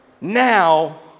Now